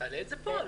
אז תעלה את זה פה.